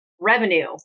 revenue